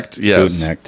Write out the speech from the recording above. yes